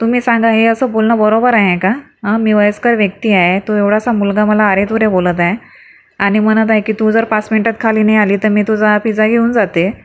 तुम्ही सांगा हे असं बोलणं बरोबर आहे का मी वयस्कर व्यक्ती आहे तो एवढासा मुलगा मला अरे तुरे बोलत आहे आणि म्हणत आहे की तू जर पाच मिनिटात खाली नाही आली तर मी तुझा पिझ्झा घेऊन जाते